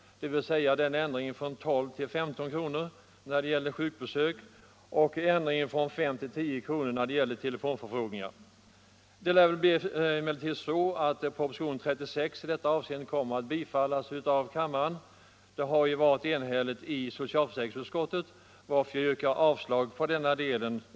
Det är här fråga om en höjning från 12 till 15 kr. när det gäller sjukbesök och från 5 till 10 kr. när det gäller telefonförfrågningar. Det lär emellertid bli så att propositionen 36 i detta avseende kommer att bifallas av kammaren. Socialförsäkringsutskottet har ju varit enhälligt, och jag yrkar bifall till utskottets hemställan i denna del, innebärande avslag på ändringsförslagen.